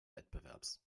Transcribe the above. wettbewerbs